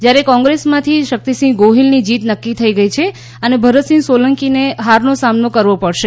જ્યારે કોંગ્રેસમાંથી શક્તિસિંહ ગોહિલનીજીત નક્કી થઈ ગઈ છે અને ભરતસિંહ સોલંકીને હારનો સામનો કરવો પડશે